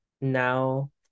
now